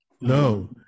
No